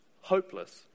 hopeless